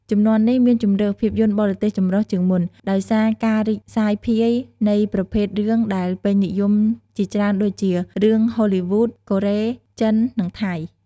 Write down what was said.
ជំនាន់នេះមានជម្រើស ភាពយន្តបរទេសចម្រុះ ជាងមុន ដោយសារការរីកសាយភាយនៃប្រភេទរឿងដែលពេញនិយមជាច្រើនដូចជា រឿងហូលីវូដ កូរ៉េ ចិន និងថៃ ។